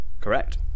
Correct